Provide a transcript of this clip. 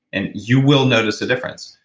and you will notice the difference,